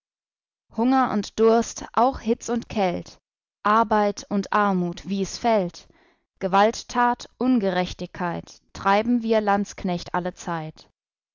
hunger und durst auch hitz und kält arbeit und armut wie es fällt gewalttat ungerechtigkeit treiben wir landsknecht allezeit